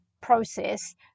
process